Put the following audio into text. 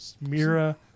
Mira